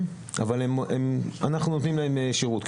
אבל כפי שאמרתי אנחנו נותנים להם שירות.